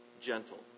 gentle